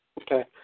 Okay